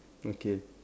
okay